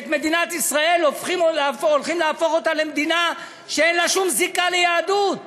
מדינת ישראל למדינה שאין לה שום זיקה ליהדות?